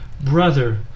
brother